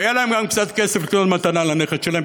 ויהיה להם גם קצת כסף לקנות מתנה לנכד שלהם,